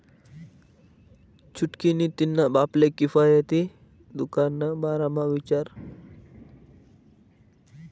छुटकी नी तिन्हा बापले किफायती दुकान ना बारा म्हा विचार